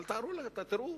אבל תראו